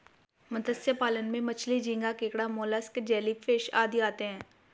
मत्स्य पालन में मछली, झींगा, केकड़ा, मोलस्क, जेलीफिश आदि आते हैं